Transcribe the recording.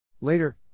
Later